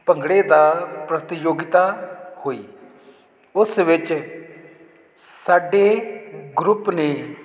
ਭੰਗੜੇ ਦਾ ਪ੍ਰਤੀਯੋਗਿਤਾ ਹੋਈ ਉਸ ਵਿੱਚ ਸਾਡੇ ਗਰੁੱਪ ਨੇ